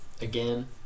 again